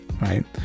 Right